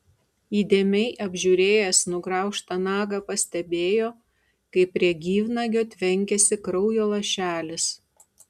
įdėmiai apžiūrėjęs nugraužtą nagą pastebėjo kaip prie gyvnagio tvenkiasi kraujo lašelis